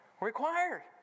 Required